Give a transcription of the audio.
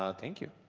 ah thank you,